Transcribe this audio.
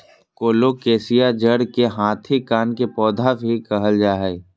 colocasia जड़ के हाथी कान के पौधा भी कहल जा हई